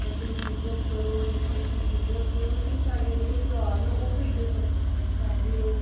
बड्डें दी इज्जत करो निक्कें गी इज्जत देओ ते साढ़े जेह्ड़े त्यौहार न ओह् बी इ'यै सिखांदे न चाहे ओह्